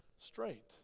straight